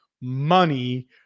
money